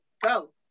go